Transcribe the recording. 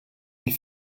ils